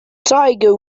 tiger